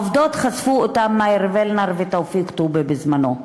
העובדות, חשפו אותן מאיר וילנר ותופיק טובי בזמנם.